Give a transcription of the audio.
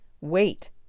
wait